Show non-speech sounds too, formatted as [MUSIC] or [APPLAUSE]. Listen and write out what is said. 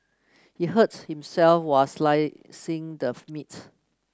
he hurt himself while slicing the [UNINTELLIGIBLE] meat